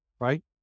right